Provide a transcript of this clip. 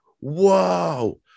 whoa